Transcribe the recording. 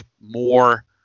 more